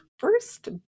first